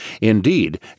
Indeed